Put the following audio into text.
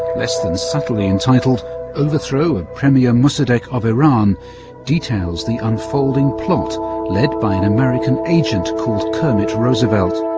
less than subtly entitled overthrow of premier mossadeq of iran details the unfolding plot led by an american agent called kermit roosevelt.